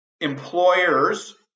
employers